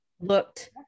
looked